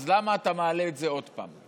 אז למה אתה מעלה את זה עוד פעם?